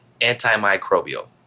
antimicrobial